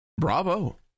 Bravo